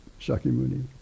Shakyamuni